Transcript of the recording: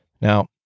Now